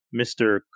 Mr